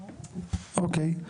אוקיי.